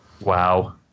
Wow